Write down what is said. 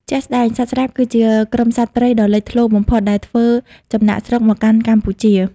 ជាក់ស្ដែង សត្វស្លាប គឺជាក្រុមសត្វព្រៃដ៏លេចធ្លោបំផុតដែលធ្វើចំណាកស្រុកមកកាន់កម្ពុជា។